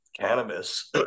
cannabis